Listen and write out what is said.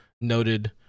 Noted